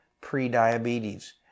pre-diabetes